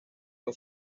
con